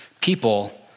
people